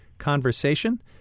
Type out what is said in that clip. conversation